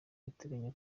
bateganya